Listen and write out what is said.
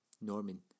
Norman